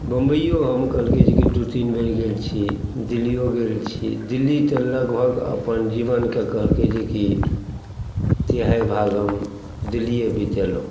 मुम्बइयो हम कहलकै जेकि हम दू तीन बेर गेल छी दिल्लियो गेल छी दिल्ली तऽ लगभग अपन जीवनके कहलकै जेकि तिहाइ भाग हम दिल्लिये बितेलहुँ